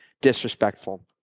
disrespectful